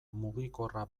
mugikorra